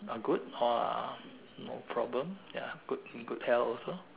all good or uh no problem ya good in good health also